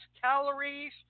calories